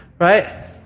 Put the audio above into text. right